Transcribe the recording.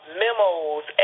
memos